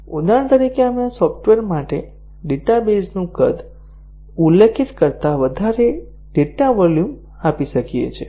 ઉદાહરણ તરીકે આપણે સોફ્ટવેર માટે ડેટાબેઝનું કદ ઉલ્લેખિત કરતા વધારે ડેટા વોલ્યુમ આપી શકીએ છીએ